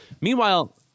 Meanwhile